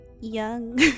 young